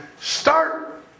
start